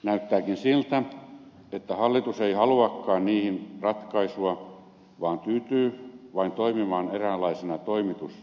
näyttääkin siltä että hallitus ei haluakaan niihin ratkaisua vaan tyytyy vain toimimaan eräänlaisena toimitusministeristönä